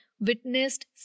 witnessed